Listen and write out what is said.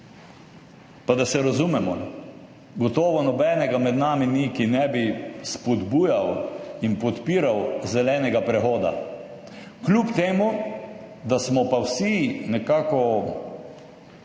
Pa da se razumemo, gotovo nobenega med nami ni, ki ne bi spodbujal in podpiral zelenega prehoda, kljub temu da smo pa vsi nekako